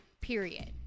period